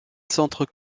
centre